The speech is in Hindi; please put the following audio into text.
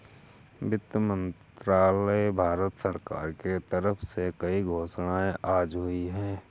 वित्त मंत्रालय, भारत सरकार के तरफ से कई घोषणाएँ आज हुई है